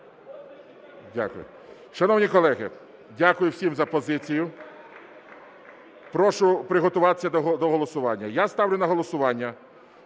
Дякую. Шановні колеги, дякую всім за позицію. Прошу приготуватися до голосування. Я ставлю на голосування